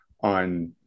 on